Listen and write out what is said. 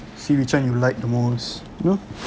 see which one you like the most y'know